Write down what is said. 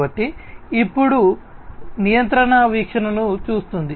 కాబట్టి ఇప్పుడు నియంత్రణ వీక్షణను చూస్తోంది